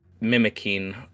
mimicking